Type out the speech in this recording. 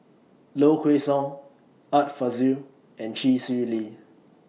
Low Kway Song Art Fazil and Chee Swee Lee